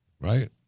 Right